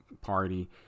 party